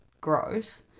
gross